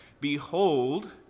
behold